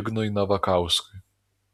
ignui navakauskui